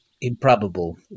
improbable